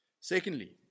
Secondly